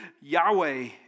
Yahweh